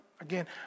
again